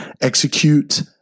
execute